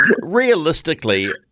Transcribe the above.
Realistically